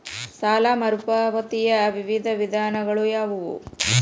ಸಾಲ ಮರುಪಾವತಿಯ ವಿವಿಧ ವಿಧಾನಗಳು ಯಾವುವು?